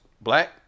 black